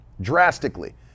drastically